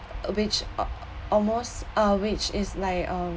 which uh almost uh which is like um